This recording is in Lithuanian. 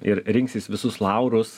ir rinksis visus laurus